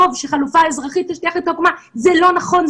שהחלופה האזרחית תשטיח את העקומה זה לא נכון.